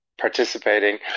participating